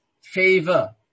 favor